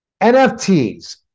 NFTs